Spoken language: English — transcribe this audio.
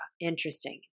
Interesting